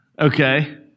Okay